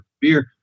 beer